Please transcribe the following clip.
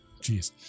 Jeez